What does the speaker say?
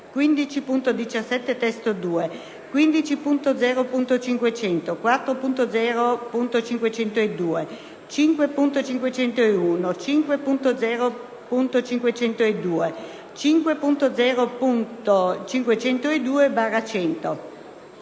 15.17 (testo 2), 15.0.500, 4.0.502, 5.501, 5.0.502, 5.0.502/100,